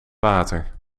water